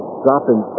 dropping